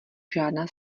žádná